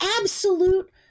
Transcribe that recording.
absolute